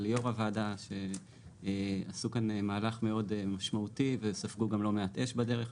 וליו"ר הוועדה שעשו כאן מהלך מאוד משמעותי וספגו גם לא מעט אש בדרך.